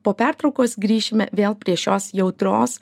po pertraukos grįšime vėl prie šios jautrios